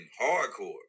hardcore